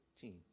team